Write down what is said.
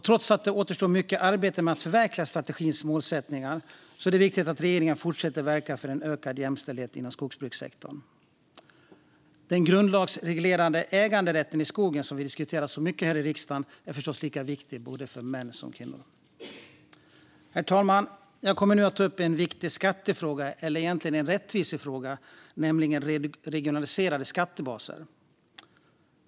Trots att det återstår mycket arbete med att förverkliga strategins målsättningar är det viktigt att regeringen fortsätter att verka för en ökad jämställdhet inom skogsbrukssektorn. Den grundlagsreglerade äganderätten i skogen, som vi diskuterat så mycket här i riksdagen, är förstås lika viktig för både män och kvinnor. Herr talman! Jag kommer nu att ta upp en viktig skattefråga, eller egentligen en rättvisefråga, nämligen regionaliserade skattebaser.